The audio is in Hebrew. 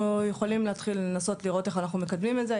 אנחנו יכולים להתחיל לנסות לראות איך אנחנו מקדמים את זה.